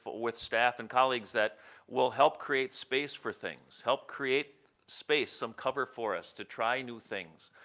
with staff and colleagues, that will help create space for things, help create space, some cover for us, to try new things,